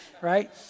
right